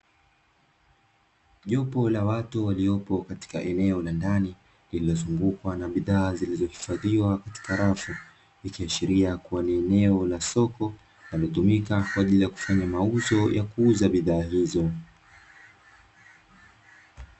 Jopo la watu waliopo katika eneo la ndani lililozungukwa na bidhaa zilizohifadhiwa katika rafu, ikiashiria kuwa ni eneo la soko linalotumika kwa ajili ya kufanya mauzo ya bidhaa hizo.